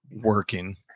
working